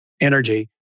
energy